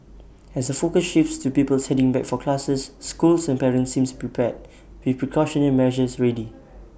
as the focus shifts to pupils heading back for classes schools and parents seems prepared with precautionary measures ready